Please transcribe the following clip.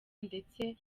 ndetse